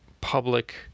public